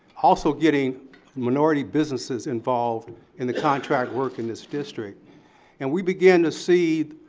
also getting minority businesses involved in the contract work in this district and we begin to see,